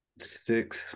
six